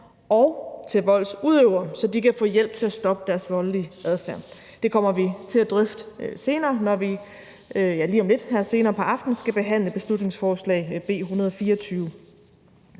og til voldsudøvere, så sidstnævnte kan få hjælp til at stoppe deres voldelige adfærd. Det kommer vi vil at drøfte senere, når vi her lige om lidt, senere på aftenen, skal behandle beslutningsforslag nr.